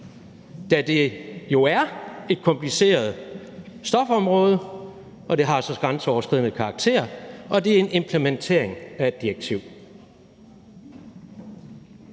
da det jo er et kompliceret stofområde og har så grænseoverskridende karakter og er en implementering af et direktiv.